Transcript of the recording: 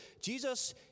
Jesus